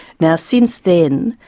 now, since then,